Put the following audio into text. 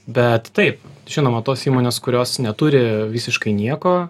bet taip žinoma tos įmonės kurios neturi visiškai nieko